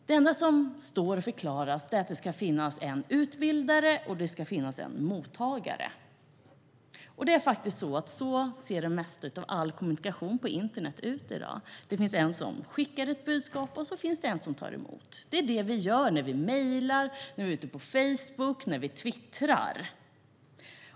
Det enda som förklaras är att det ska finnas en utbildare och en mottagare. Så ser det mesta av all kommunikation på internet ut i dag. Det är en som skickar ett budskap och en annan som tar emot det. Det är så vi gör när vi mejlar, är ute på Facebook eller när vi twittrar.